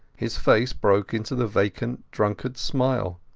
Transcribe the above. his face broke into the vacant drunkardas smile.